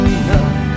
enough